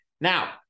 now